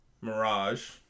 Mirage